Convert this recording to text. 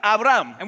Abraham